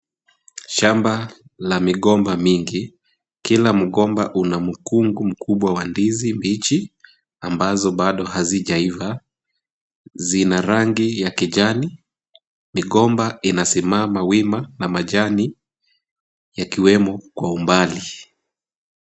Shamba la migomba mingi. Kila mgomba una mkungu mkubwa wa ndizi mbichi ambazo bado hazijaiva. Zina rangi ya kijani. Migomba inasimama wima na majani yakiwemo kwa umbali.